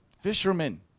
fishermen